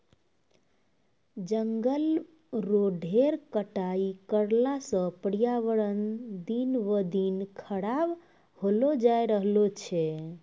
जंगल रो ढेर कटाई करला सॅ पर्यावरण दिन ब दिन खराब होलो जाय रहलो छै